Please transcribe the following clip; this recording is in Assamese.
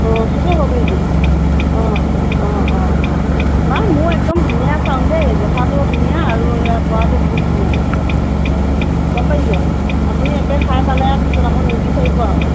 অ শেষেই হ'ল নেকি অ অ অ অ নাই মোৰ একদম ধুনীয়া চাউল দেই জহাটোও ধুনীয়া আৰু এয়া বৰাটোও বহুত ধুনীয়া হয় গম পাইছে আপুনি একে খাই পালে পিছত আকৌ নিবিচাৰিব আৰু